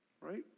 Right